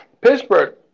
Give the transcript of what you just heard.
Pittsburgh